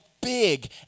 big